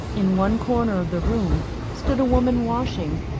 in one corner of the room stood a woman washing,